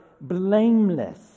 blameless